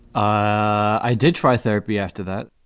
i did try therapy after that.